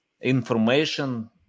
information